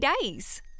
days